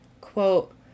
Quote